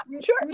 sure